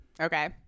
Okay